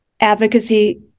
Advocacy